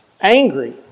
angry